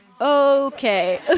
okay